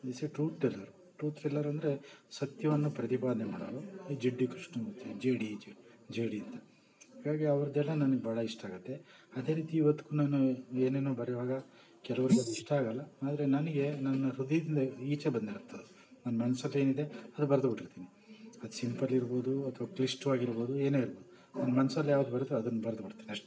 he is a truth teller truth teller ಅಂದರೆ ಸತ್ಯವನ್ನು ಪ್ರತಿಪಾದನೆ ಮಾಡೋವ್ರು ಈ Jiddu Krishnamurti J D J J D ಅಂತ ಹಾಗಾಗಿ ಅವ್ರದ್ದೆಲ್ಲ ನನಗೆ ಭಾಳ ಇಷ್ಟ ಆಗತ್ತೆ ಅದೇ ರೀತಿ ಇವತ್ತಿಗೂ ನಾನು ಏನೇನೋ ಬರೆಯುವಾಗ ಕೆಲವ್ರ್ಗೆ ಅದು ಇಷ್ಟ ಆಗಲ್ಲ ಆದರೆ ನನಗೆ ನನ್ನ ಹೃದಯದಿಂದ ಈಚೆ ಬಂದಿರತ್ತದು ನನ್ನ ಮನಸ್ಸಲ್ಲೇನಿದೆ ಅದು ಬರ್ದು ಬಿಟ್ಟಿರ್ತಿನಿ ಅದು ಸಿಂಪಲ್ಲಿರ್ಬೌದು ಅಥವಾ ಕ್ಲಿಷ್ಟವಾಗಿರ್ಬೌದು ಏನೇ ಇರ್ಬೌದು ನನ್ನ ಮನ್ಸಲ್ಲಿ ಯಾವ್ದು ಬರುತ್ತೋ ಅದನ್ನ ಬರ್ದು ಬಿಡ್ತಿನಿ ಅಷ್ಟೆ